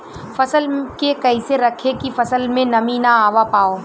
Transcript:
फसल के कैसे रखे की फसल में नमी ना आवा पाव?